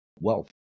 wealth